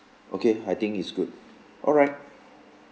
okay I think it's good alright